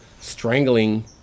strangling